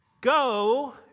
Go